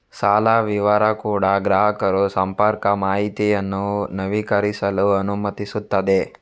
ಸಾಲ ವಿವರ ಕೂಡಾ ಗ್ರಾಹಕರು ಸಂಪರ್ಕ ಮಾಹಿತಿಯನ್ನು ನವೀಕರಿಸಲು ಅನುಮತಿಸುತ್ತದೆ